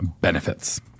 benefits